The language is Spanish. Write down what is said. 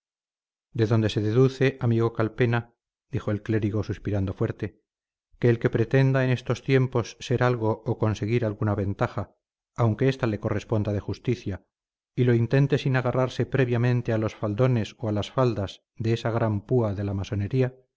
deduce amigo calpena dijo el clérigo suspirando fuerte que el que pretenda en estos tiempos ser algo o conseguir alguna ventaja aunque esta le corresponda de justicia y lo intente sin agarrarse previamente a los faldones o a las faldas de esa gran púa de la masonería